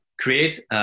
create